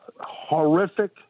horrific